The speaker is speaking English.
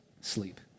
sleep